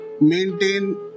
maintain